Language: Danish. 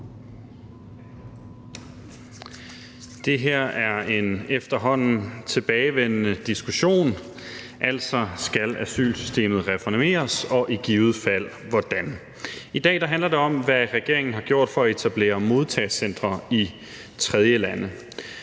Det her er en efterhånden tilbagevendende diskussion: Altså, skal asylsystemet reformeres, og i givet fald hvordan? I dag handler det om, hvad regeringen har gjort for at etablere modtagecentre i tredjelande.